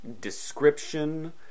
description